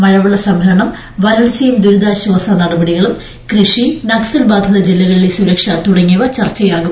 മഴവെള്ള സംഭരണം വർച്ചയും ദുരിതാശ്വാസ നടപടികളും കൃഷി നക്സൽ ബാധിത ജില്ലകളിലെ സുരക്ഷ തുടങ്ങിയവ ചർച്ചയാകും